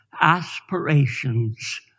aspirations